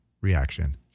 reaction